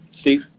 Steve